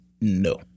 No